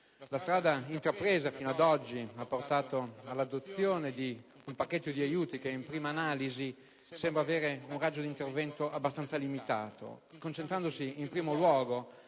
La strada intrapresa fino ad oggi ha portato all'adozione di un pacchetto di aiuti che in prima analisi sembra avere un raggio di intervento abbastanza limitato, concentrandosi in primo luogo